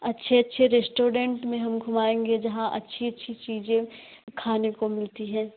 अच्छे अच्छे रेस्टोरेंट में हम घूमाएँगे जहाँ अच्छी अच्छी चीज़ें खाने को मिलती हैं